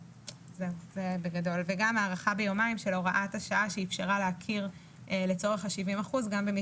גם הארכה ביומיים של הוראת השעה שאפשרה להכיר לצורך ה-70 אחוזים גם במי